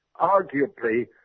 Arguably